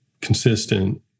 consistent